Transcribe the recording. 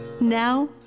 Now